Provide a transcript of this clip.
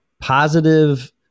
positive